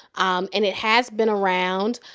um and it has been around.